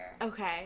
Okay